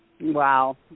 Wow